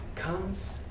comes